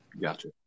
Gotcha